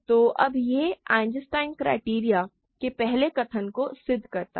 तो अब यह आइजेंस्टाइन क्राइटेरियन के पहले कथन को सिद्ध करता है